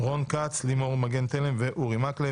רון כץ, לימור מגן תלם ואורי מקלב.